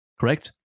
Correct